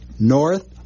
North